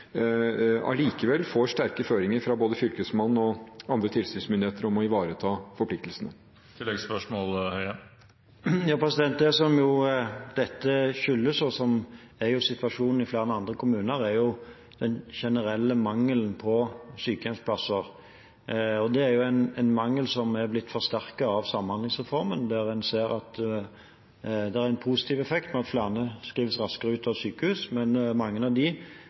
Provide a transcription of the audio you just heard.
allikevel får sterke føringer fra både Fylkesmannen og andre tilsynsmyndigheter om å ivareta forpliktelsene. Dette – og slik er situasjonen i flere andre kommuner – skyldes den generelle mangelen på sykehjemsplasser. Det er en mangel som er blitt forsterket av Samhandlingsreformen: En ser en positiv effekt ved at flere skrives raskere ut fra sykehuset, men mange av